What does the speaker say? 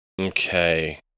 Okay